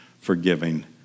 forgiving